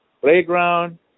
playground